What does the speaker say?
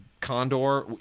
Condor